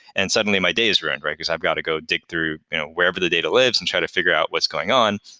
and suddenly my day is ruined because i've got to go dig through wherever the data lives and try to figure out what's going on.